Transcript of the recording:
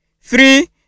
Three